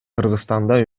кыргызстанда